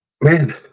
man